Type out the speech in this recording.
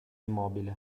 immobile